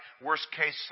worst-case